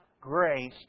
grace